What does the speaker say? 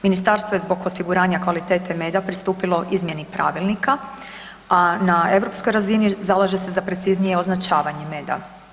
Ministarstvo je zbog osiguranja kvalitete meda pristupilo izmjeni pravilnika, a na europskoj razini zalaže se za preciznije označavanje meda.